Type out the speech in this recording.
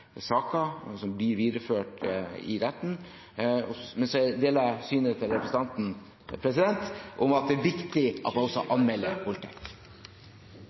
saker, som blir videreført i retten. Men jeg deler synet til representanten om at det er viktig at man skal anmelde voldtekt.